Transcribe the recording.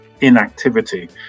inactivity